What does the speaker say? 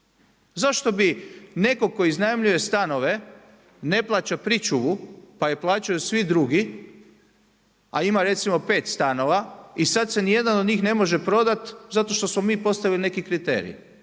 Zašto bi netko tko iznajmljuje stanove, ne plaća pričuvu, pa je plaćaju svi drugi, a ima recimo pet stanova i sad se ni jedan od njih ne može prodati zato što smo mi postavili neki kriterij.